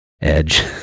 edge